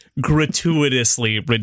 gratuitously